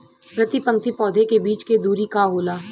प्रति पंक्ति पौधे के बीच के दुरी का होला?